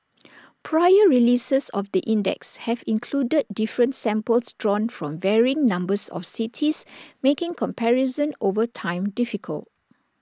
prior releases of the index have included different samples drawn from varying numbers of cities making comparison over time difficult